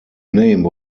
name